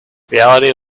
reality